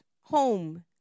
home